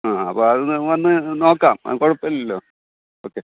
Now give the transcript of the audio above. ആ അപ്പോൾ അത് വന്ന് നോക്കാം കുഴപ്പമില്ലല്ലൊ ഓക്കേ